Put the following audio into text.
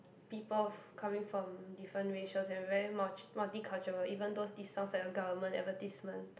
people f~ coming from different racial and very mul~ multicultural even though this sounds like a government advertisement